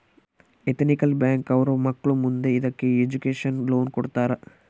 ethical bank ಅವ್ರು ಮಕ್ಳು ಮುಂದೆ ಇದಕ್ಕೆ ಎಜುಕೇಷನ್ ಲೋನ್ ಕೊಡ್ತಾರ